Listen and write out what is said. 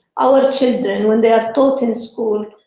our children when they are taught in school,